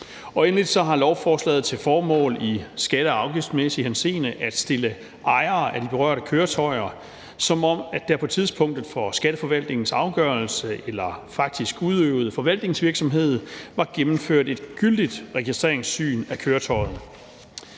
endelig har lovforslaget til formål i skatte- og afgiftsmæssig henseende at stille ejere af de berørte køretøjer, som om der på tidspunktet for skatteforvaltningens afgørelse eller faktisk udøvede forvaltningsvirksomhed var gennemført et gyldigt registreringssyn af køretøjet.